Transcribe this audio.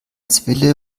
zwille